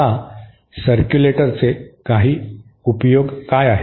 आता सरक्यूलेटरचे काही उपयोग काय आहेत